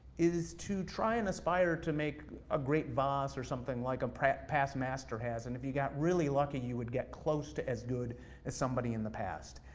is to try and inspire to make a great vase or something like um a pass master has, and if you got really lucky, you would get close to as good as somebody in the past.